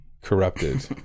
corrupted